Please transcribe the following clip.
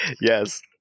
Yes